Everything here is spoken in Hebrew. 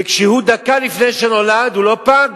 וכשהוא דקה לפני שהוא נולד הוא לא פג?